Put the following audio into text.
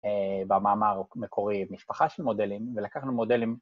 ‫והמאמר מקורי, משפחה של מודלים, ‫ולקחנו מודלים...